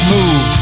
Move